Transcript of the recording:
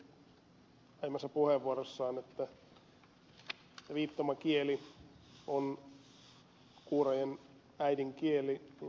laxell totesi pitämässään puheenvuorossa että viittomakieli on kuurojen äidinkieli niinhän se on